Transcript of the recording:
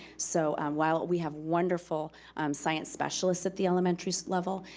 so while we have wonderful science specialists at the elementary level,